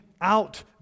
out